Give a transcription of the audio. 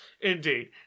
Indeed